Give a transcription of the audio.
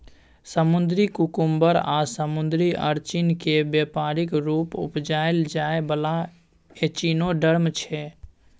समुद्री कुकुम्बर आ समुद्री अरचिन केँ बेपारिक रुप उपजाएल जाइ बला एचिनोडर्म छै